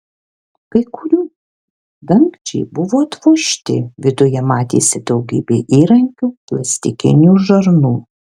kai kurių dangčiai buvo atvožti viduj matėsi daugybė įrankių plastikinių žarnų